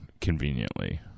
conveniently